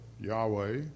Yahweh